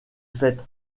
fête